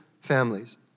families